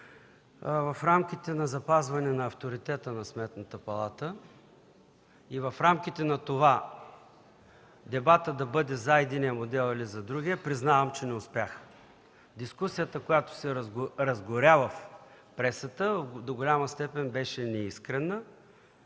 в рамките на запазване на авторитета на Сметната палата и в рамките на това дебатът да бъде за единия или за другия модел, признавам, че не успях. Дискусията, която се разгоря в пресата, до голяма степен беше неискрена